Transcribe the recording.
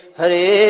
Hare